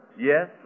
Yes